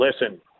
listen